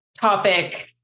topic